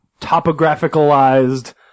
topographicalized